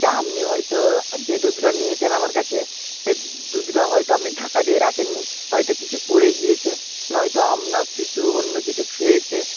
যে আপনি হয়তো যে দুধটা নিয়েছেন আমার কাছে সে দুধটা হয়তো আপনি ঢাকা দিয়ে রাখেননি হয়তো কিছু পড়ে গিয়েছে নয়তো আপনার শিশু অন্য কিছু খেয়েছে